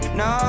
no